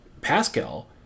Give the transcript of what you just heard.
Pascal